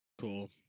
Cool